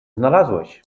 znalazłeś